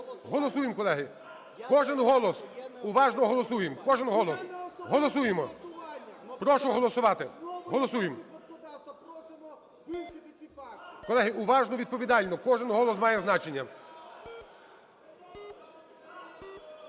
Голосуємо, колеги. Кожен голос. Уважно голосуємо. Кожен голос. Голосуємо. Прошу голосувати. Голосуємо. Колеги, уважно, відповідально, кожен голос має значення.